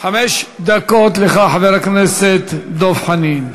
חמש דקות לך, חבר הכנסת דב חנין.